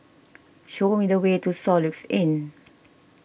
show me the way to Soluxe Inn